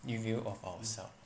review of ourselves